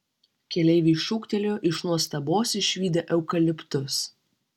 keleiviai šūktelėjo iš nuostabos išvydę eukaliptus